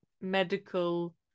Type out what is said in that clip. medical